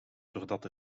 doordat